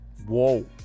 Whoa